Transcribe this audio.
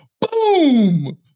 boom